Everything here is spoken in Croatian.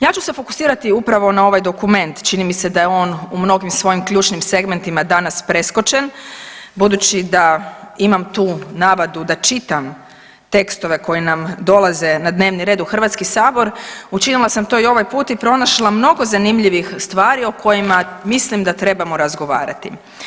Ja ću se fokusirati upravo na ovaj dokument, čini mi se da je on u mnogim svojim ključnim segmentima danas preskočen budući da imam tu navadu da čitam tekstove koji nam dolaze na dnevni red u HS učinila sam to i ovaj put i pronašla mnogo zanimljivih stvari o kojima mislim da trebamo razgovarati.